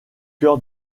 cœur